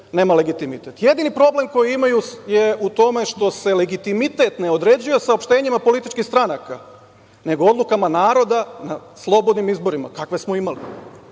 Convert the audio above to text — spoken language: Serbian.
nema legitimitet. Jedini problem koji imaju je u tome što se legitimitet ne određuje saopštenjima političkih stranaka, nego odlukama naroda na slobodnim izborima, kakve smo imali. Dakle,